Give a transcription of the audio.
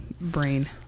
brain